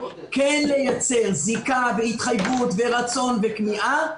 כן לייצר זיקה והתחייבות ורצון וכמיהה,